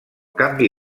canvi